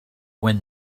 when